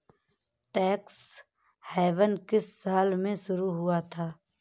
Tax haven किस साल में शुरू हुआ है?